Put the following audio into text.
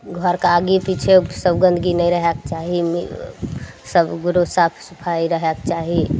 घरके आगे पिछे सब गन्दगी नहि रहेके चाही सब गुरु साफ सफाइ रहेके चाही